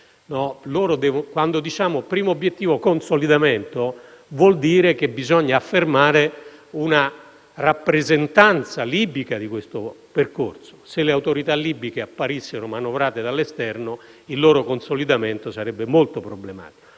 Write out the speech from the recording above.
Quando diciamo che il primo obiettivo è il consolidamento, vuol dire che bisogna affermare una rappresentanza libica di questo percorso. Se le autorità libiche apparissero manovrate dall'esterno il loro consolidamento sarebbe molto problematico.